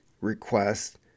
request